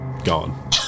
Gone